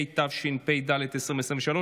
התשפ"ד 2023,